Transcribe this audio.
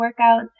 workouts